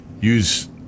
use